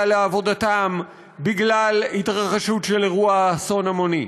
לעבודתם בגלל התרחשות של אירוע אסון המוני?